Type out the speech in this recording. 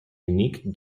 unique